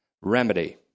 remedy